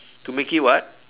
to make it what